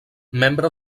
membre